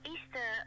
Easter